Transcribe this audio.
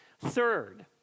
Third